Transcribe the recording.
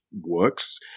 works